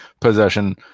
Possession